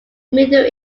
middle